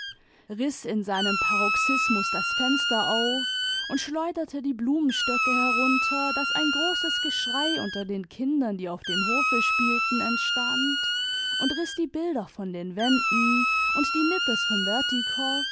riß ui seinem paroxisniius das fenster auf imd schleuderte die blumenstöcke herunter daß ein großes geschrei imter den kindern die auf dem hofe spielten entstand und riß die bilder von den wänden und die nippes vom